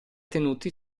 tenuti